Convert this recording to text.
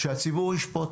שהציבור ישפוט.